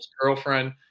girlfriend